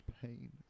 pain